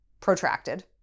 protracted